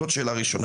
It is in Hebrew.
זאת שאלה ראשונה.